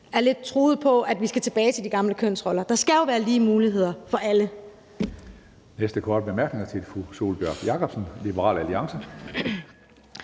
er lidt truet med at skulle tilbage til de gamle kønsroller. Der skal jo være lige muligheder for alle.